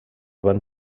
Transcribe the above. van